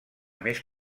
més